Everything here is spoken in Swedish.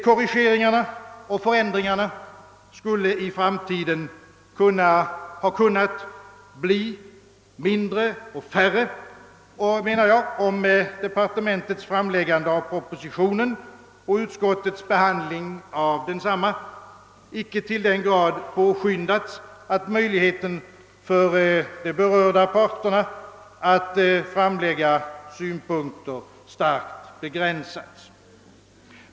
Korrigeringarna och förändringarna skulle i framtiden ha kunnat bli mindre och färre, om departementets framläggande av propositionen och utskottets behandling av densamma icke till den grad hade påskyndats, att möjligheten för de berörda parterna att framlägga synpunkter starkt begränsats.